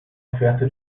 oferta